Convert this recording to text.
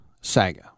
saga